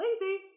lazy